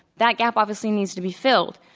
that gap obviously needs to be filled.